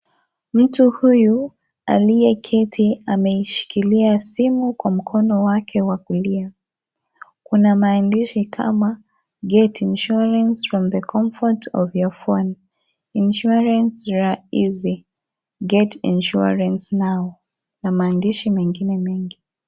Mtu huyu aliyeketi ameshikilia simu Kwa mkono wake wa kulia . Kuna maandishi kama (CS)get insurance from the comfort of your phone, insurance are easy, get insurance now(CS)na maandishi mengine mengi.